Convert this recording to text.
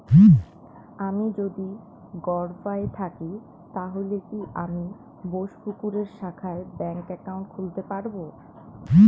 আমি যদি গরফায়ে থাকি তাহলে কি আমি বোসপুকুরের শাখায় ব্যঙ্ক একাউন্ট খুলতে পারবো?